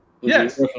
Yes